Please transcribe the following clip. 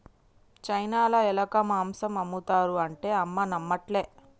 చైనాల ఎలక మాంసం ఆమ్ముతారు అంటే అమ్మ నమ్మట్లే